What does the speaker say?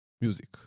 music